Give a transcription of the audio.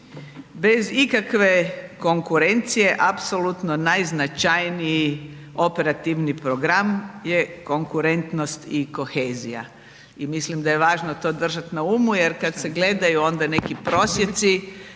Bez ikakve konkurencije apsolutno najznačajniji operativni program je konkurentnost i kohezija. I mislim da je važno to držati na umu jer kada se gledaju onda neki prosjeci